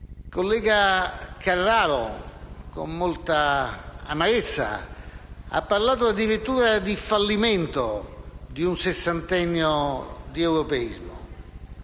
Il collega Carraro, con molta amarezza, ha parlato addirittura di fallimento di un sessantennio di europeismo.